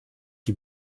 die